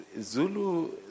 Zulu